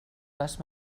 les